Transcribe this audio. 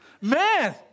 Man